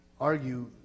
argue